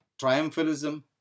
triumphalism